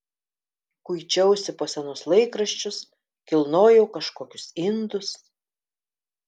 kuičiausi po senus laikraščius kilnojau kažkokius indus